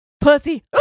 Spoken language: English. Pussy